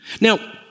Now